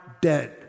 dead